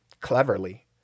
cleverly